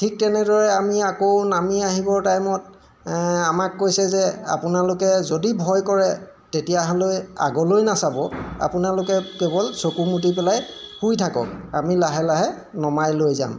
ঠিক তেনেদৰে আমি আকৌ নামি আহিবৰ টাইমত আমাক কৈছে যে আপোনালোকে যদি ভয় কৰে তেতিয়াহ'লে আগলৈ নাচাব আপোনালোকে কেৱল চকু মুদি পেলাই শুই থাকক আমি লাহে লাহে নমাই লৈ যাম